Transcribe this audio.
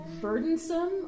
burdensome